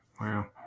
Wow